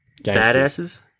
Badasses